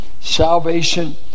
salvation